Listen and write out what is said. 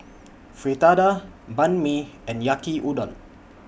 Fritada Banh MI and Yaki Udon